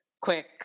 quick